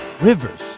Rivers